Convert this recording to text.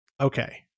Okay